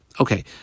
Okay